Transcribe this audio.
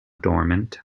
dormant